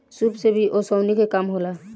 सूप से भी ओसौनी के काम होला